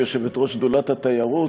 כיושבת-ראש שדולת התיירות,